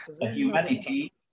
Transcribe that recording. humanity